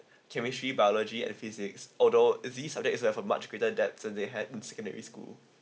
chemistry biology and physics although these subject have a much greater depth than they had in secondary school